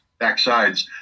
backsides